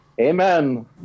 Amen